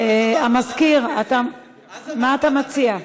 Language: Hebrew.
המזכיר, מה אתה מציע?